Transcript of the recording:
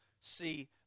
see